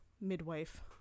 midwife